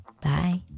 Bye